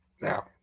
now